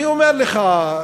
אני אומר לך,